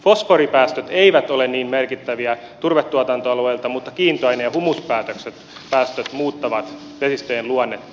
fosforipäästöt eivät ole niin merkittäviä turvetuotantoalueilla mutta kiintoaine ja humuspäästöt muuttavat vesistöjen luonnetta